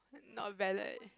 not valid